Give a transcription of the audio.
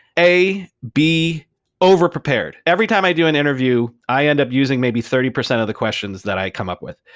a, be over-prepared. every time i do an interview, i end up using maybe thirty percent of the questions that i come up with,